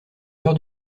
cœur